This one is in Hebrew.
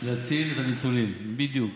להציל את הניצולים, בדיוק.